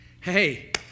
Hey